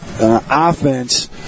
offense